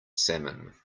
salmon